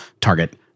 target